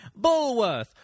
Bullworth